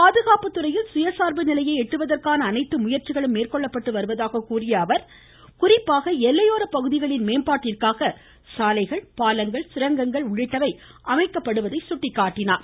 பாதுகாப்பு துறையில் சுயசார்பு நிலையை எட்டுவதற்கான அனைத்து முயற்சிகளும் மேற்கொள்ளப்பட்டு வருவதாக கூறிய பிரதமர் குறிப்பாக எல்லையோரப் பகுதிகளின் மேம்பாட்டிற்காக சாலைகள் பாலங்கள் சுரங்கங்கள் உள்ளிட்டவை அமைக்கப்படுவதை சுட்டிக்காட்டினார்